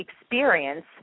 experience